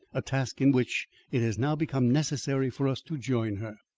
a task in which it has now become necessary for us to join her.